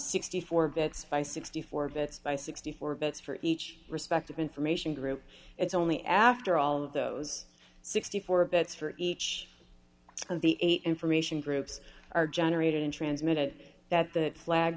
sixty four bits by sixty four bits by sixty four bits for each respective information group it's only after all of those sixty four dollars bits for each of the eight information groups are generated in transmit that the flag